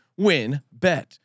WinBet